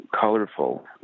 colorful